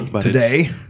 Today